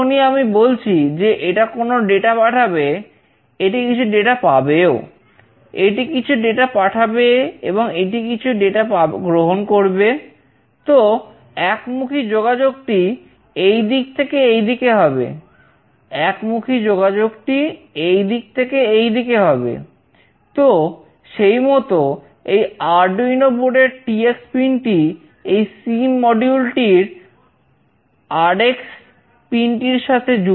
যখনই আমি বলছি যে এটা কোন ডেটা পিনটির সাথে